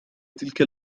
تلك